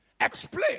explain